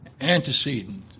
antecedent